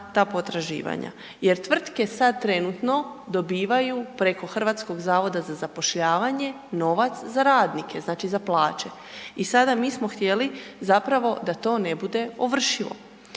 I sada mi smo htjeli zapravo da to ne bude ovršivo.